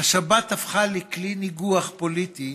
השבת הפכה לכלי ניגוח פוליטי,